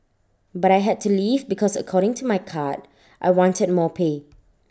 but I had to leave because according to my card I wanted more pay